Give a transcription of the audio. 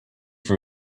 for